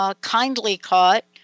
kindly-caught